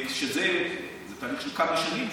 כשזה יקרה זה תהליך של כמה שנים,